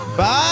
Bye